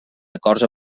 acords